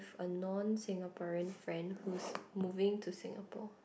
a non Singaporean friend who's moving to Singapore